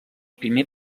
primer